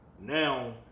Now